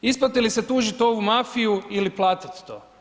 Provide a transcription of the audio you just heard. Isplati li se tužit ovu mafiju ili platit to?